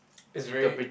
it's very